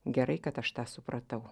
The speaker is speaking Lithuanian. gerai kad aš tą supratau